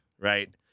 right